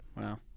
Wow